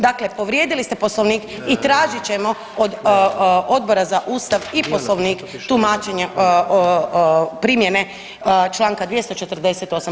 Dakle, povrijedili ste Poslovnik i tražit ćemo od Odbora za Ustav i Poslovnik tumačenje primjene Članka 248.